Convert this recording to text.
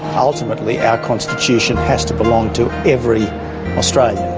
ultimately our constitution has to belong to every australian.